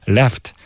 left